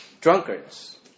drunkards